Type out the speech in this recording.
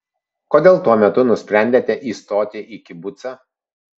kodėl tuo metu nusprendėte įstoti į kibucą